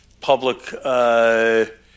public